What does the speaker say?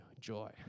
joy